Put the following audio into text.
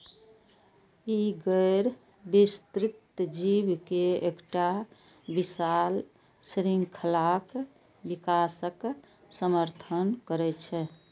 ई गैर विस्तृत जीव के एकटा विशाल शृंखलाक विकासक समर्थन करै छै